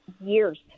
years